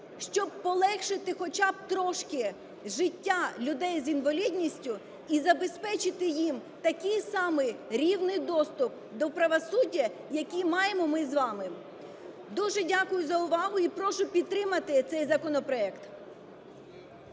щоб полегшити хоча б трошки життя людей з інвалідністю і забезпечити їм такий самий рівний доступ до правосуддя, який маємо ми з вами. Дуже дякую за увагу і прошу підтримати цей законопроект.